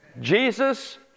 Jesus